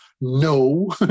No